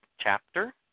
chapter